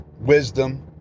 wisdom